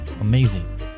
Amazing